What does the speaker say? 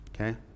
Okay